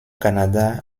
canada